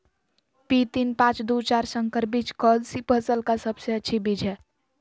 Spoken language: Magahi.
पी तीन पांच दू चार संकर बीज कौन सी फसल का सबसे अच्छी बीज है?